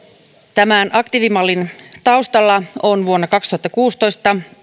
tämän aktiivimallin taustalla on vuonna kaksituhattakuusitoista